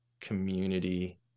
community